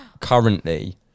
currently